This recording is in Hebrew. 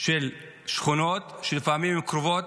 של שכונות שלפעמים הן קרובות,